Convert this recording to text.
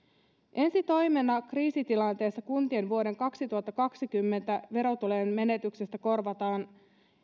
ensitoimena kriisitilanteessa kuntien vuoden kaksituhattakaksikymmentä verotulojen menetyksiä korvataan